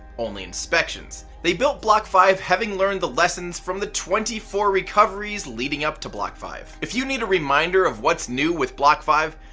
only inspections. they built block five having learned the lessons from the twenty four recoveries leading up to block five. if you need a reminder of what's new with block five,